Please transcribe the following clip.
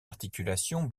articulations